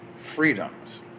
freedoms